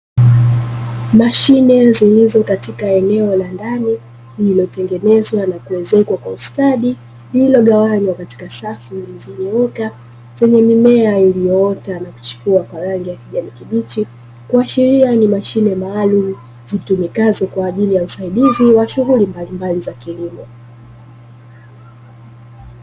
Mashine zilizo katika eneo la ndani lililotengenezwa na kuezekwa kwa ustadi lililogawanywa katika safu, zilizonyooka zenye mimea iliyoota na kuchipua kwa rangi ya kijani kibichi kuashiria ni mashine maalumu zitumikazo kwa ajili ya usaidizi wa shughuli mbalimbali za kilimo.